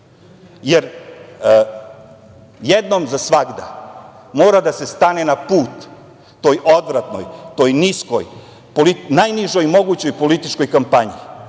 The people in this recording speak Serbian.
jer jednom za svagda mora da se stane na put toj odvratnoj, toj niskoj, toj najnižoj mogućoj političkoj kampanji,